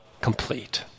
complete